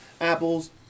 apples